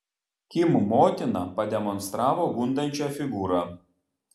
kim motina pademonstravo gundančią figūrą